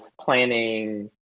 planning